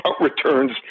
returns